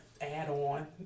add-on